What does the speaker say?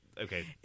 Okay